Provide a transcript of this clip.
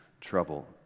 trouble